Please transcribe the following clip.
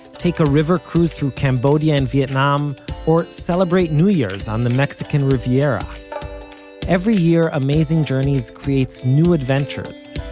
take a river cruise through cambodia and vietnam or celebrate new year's on the mexican riviera every year amazing journeys creates new adventures,